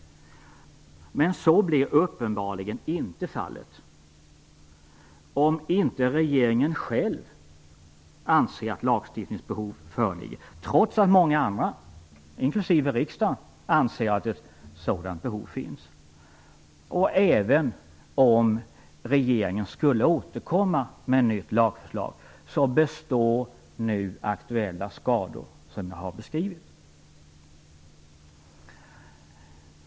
Men så blir uppenbarligen inte fallet om inte regeringen själv anser att lagstiftningsbehov föreligger, trots att många andra inklusive riksdagen anser att ett sådant behov finns. Även om regeringen skulle återkomma med nytt lagförslag så består nu aktuella skador, som jag har beskrivit.